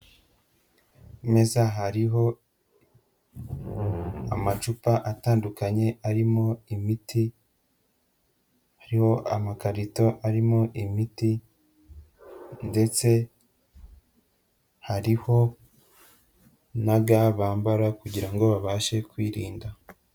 Ku meza hariho amacupa atandukanye arimo imiti, hariho amakarito arimo imiti ndetse hariho na ga bambara kugira ngo babashe kwirinda.